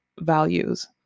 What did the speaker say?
values